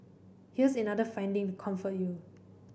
here's another finding to comfort you